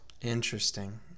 Interesting